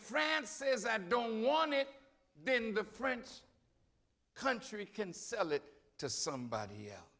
france says i don't want it then the french country can sell it to somebody else